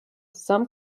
some